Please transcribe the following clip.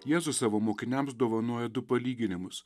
jėzus savo mokiniams dovanoja du palyginimus